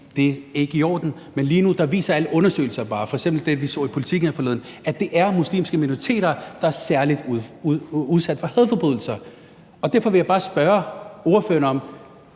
Det er ikke i orden. Men lige nu viser alle undersøgelser, f.eks. den, vi så i Politiken her forleden, at det er muslimske minoriteter, der er særlig udsat for hadforbrydelser. Og derfor vil jeg bare spørge ordføreren,